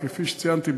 כפי שציינתי,